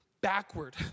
backward